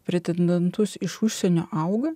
pretendentus iš užsienio auga